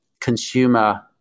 consumer